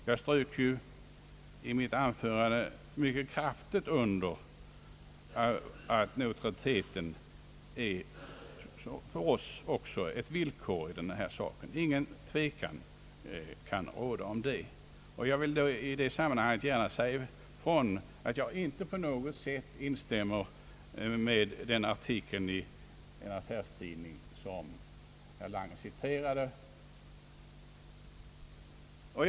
Jag strök ju i mitt anförande mycket kraftigt under att neutraliteten för oss också är ett villkor i detta sammanhang. Ingen tvekan kan råda om det. Jag vill i detta sammanhang gärna deklarera att jag inte på något sätt instämmer i de synpunkter som framförts i den av herr Lange citerade artikeln i Affärsvärlden—Finanstidningen.